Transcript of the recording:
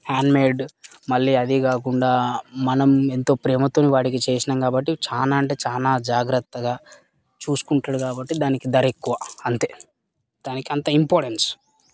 handmade మళ్ళీ అది కాకుండా మనం ఎంతో ప్రేమతో వాడికి చేసాము కాబట్టి చాలా అంటే చాలా జాగ్రత్తగా చూసుకుంటాడు కాబట్టి దానికి ధర ఎక్కువ అంతే దానికి అంత ఇంపార్టెన్స్